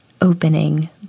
opening